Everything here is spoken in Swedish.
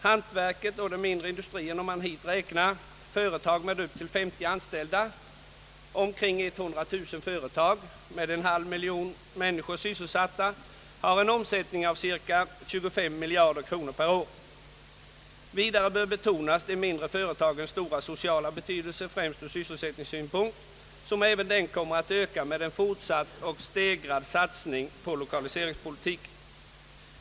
Hantverket och den mindre industrin, om man hit räknar företag med upp till 50 anställda, har omkring 100 000 företag med en halv miljon människor sysselsatta och en omsättning av cirka 25 miljarder kronor per år. Vidare bör betonas de mindre företagens stora sociala betydelse, främst ur sysselsättningssynpunkt, som även den kommer att öka med en fortsatt och stegrad satsning på lokaliseringspolitiken.